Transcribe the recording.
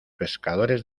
pescadores